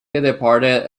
departed